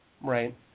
Right